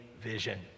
vision